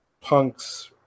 Punk's